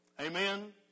Amen